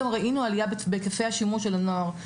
גם ראינו עלייה בהיקפי השימוש של הנוער.